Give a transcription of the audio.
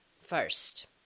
first